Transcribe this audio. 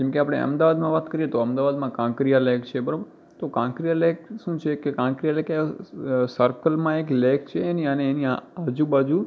જેમકે આપણે અમદાવાદમાં વાત કરીએ તો અમદાવાદમાં કાંકરિયા લેક છે બરાબર તો કાંકરિયા લેક શું છે કે કાંકરિયા લેકે સર્કલમાં એક લેક છે અને એની આજુ બાજુ